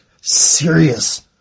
serious